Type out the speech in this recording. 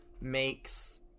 makes